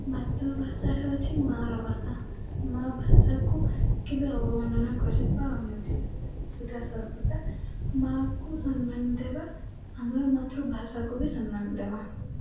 ମାତୃଭାଷା ହେଉଛି ମାଆର ଭାଷା ମାଆ ଭାଷାକୁ କେବେ ଅବମାନନା କରିବା ଅନୁଚିତ୍ ସଦାସର୍ବଦା ମାଆକୁ ସମ୍ମାନ ଦେବା ଆମର ମାତୃଭାଷାକୁ ବି ସମ୍ମାନ ଦେବା